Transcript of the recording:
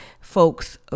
folks